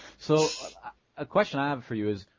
so a question i have for you is,